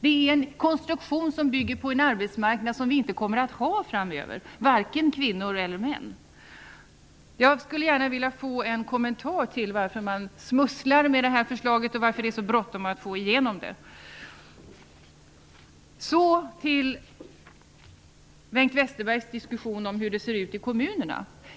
En sådan konstruktion bygger på en arbetsmarknad som vi inte kommer att ha framöver, varken för kvinnor eller för män. Jag skulle gärna vilja få en kommentar till varför man smusslar med detta förslag och till varför det är så bråttom med att få igenom det. Så till Bengt Westerbergs diskussion om hur det ser ut i kommunerna.